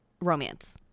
romance